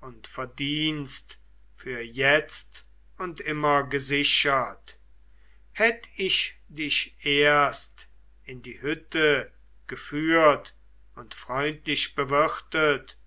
und verdienst für jetzt und immer gesichert hätt ich dich erst in die hütte geführt und freundlich bewirtet